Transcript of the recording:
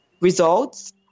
results